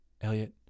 Elliot